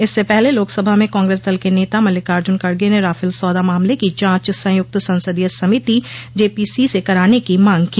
इससे पहले लोकसभा में कांग्रेस दल के नेता मल्लिकार्जुन खड़गे ने राफेल सौदा मामले की जांच संयुक्त संसदीय समिति जेपीसी से कराने की मांग की